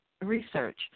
Research